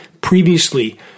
previously